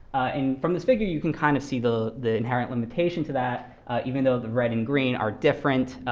and from this figure, you can kind of see the the inherent limitation to that even though the red and green are different,